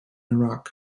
iraq